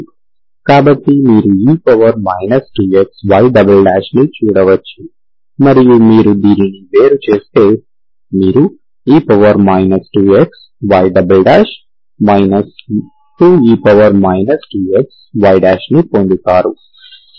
కాబట్టి మీరు e 2xyని చూడవచ్చు మరియు మీరు దీనిని వేరు చేస్తే మీరు e 2xy 2e 2xyని పొందుతారు